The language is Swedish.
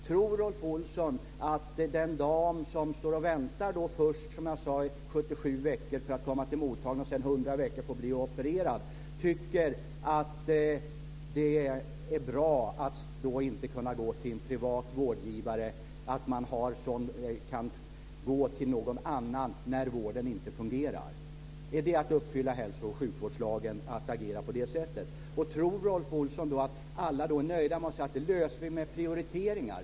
Tror Rolf Olsson att den dam som jag talade om, som står och väntar först i 77 veckor för att komma till mottagningen och sedan i 100 veckor för att bli opererad, tycker att det är bra att inte kunna gå till en privat vårdgivare, att inte kunna gå till någon annan när vården inte fungerar? Är det att uppfylla hälso och sjukvårdslagen att agera på det sättet? Och tror Rolf Olsson att alla är nöjda med att vi säger att vi ska lösa det med prioriteringar?